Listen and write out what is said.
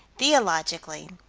theologically,